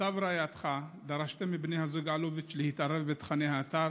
"אתה ורעייתך דרשתם מבני הזוג אלוביץ' להתערב בתוכני האתר